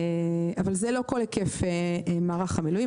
זה לא כל היקף מערך המילואים.